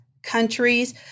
countries